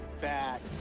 back